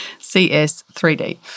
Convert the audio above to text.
CS3D